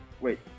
wait